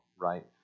right